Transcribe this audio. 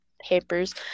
papers